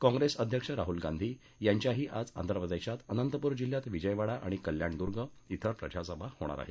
काँप्रेस अध्यक्ष राहुल गांधी यांच्याही आज आंध्र प्रदेशात अनंतपूर जिल्ह्यात विजयवाडा आणि कल्याणदुर्ग श्रे प्रचारसभा घेणार आहेत